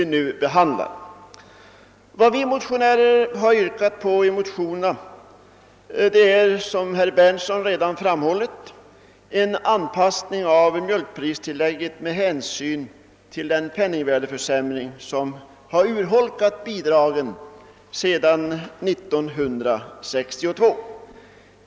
I motionerna har, som herr Berndtsson redan framhållit, yrkats på en anpassning av mjölkpristillägget med hänsyn till den penningvärdeförsämring som sedan 1962 har urholkat bidragen.